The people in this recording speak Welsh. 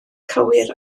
cywir